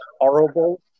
horrible